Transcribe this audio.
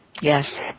Yes